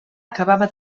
acabava